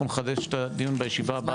אנחנו נחדש את הדיון בישיבה הבאה.